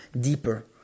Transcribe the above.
deeper